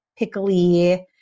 pickly